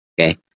okay